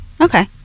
Okay